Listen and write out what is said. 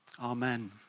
Amen